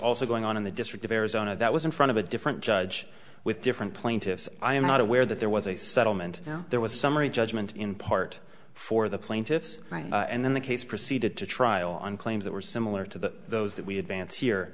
also going on in the district of arizona that was in front of a different judge with different plaintiffs i am not aware that there was a settlement there was summary judgment in part for the plaintiffs and then the case proceeded to trial on claims that were similar to the those that we have vance here